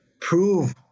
prove